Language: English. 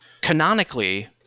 canonically